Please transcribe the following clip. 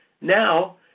Now